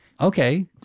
Okay